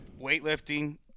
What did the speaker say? weightlifting